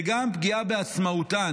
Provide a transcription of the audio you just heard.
וגם פגיעה בעצמאותן,